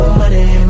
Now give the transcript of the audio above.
money